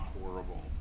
horrible